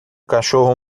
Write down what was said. cachorro